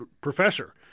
professor